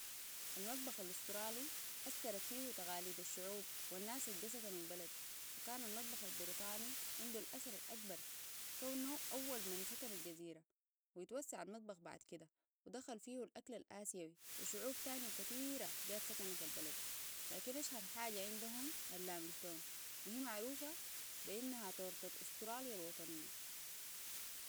المطبخ الاسترالي أثرت فيهو تقاليد الشعوب والناس الجو سكنوا البلد وكان المطبخ البريطاني عنده الأثر الأكبر كونه أول من سكنوا الجزيرة ويتوسع المطبخ بعد كده ودخل فيه الأكل الآسيوي وشعوب تانية كثيرة جات سكنت البلد لكن أشهر حاجة عندهم اللامينتون وهي معروفة بأنها طورتة استراليا الوطنية